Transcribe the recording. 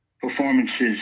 performances